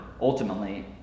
ultimately